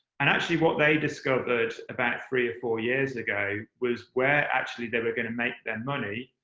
and actually, what they discovered about three or four years ago was where actually they were going to make their money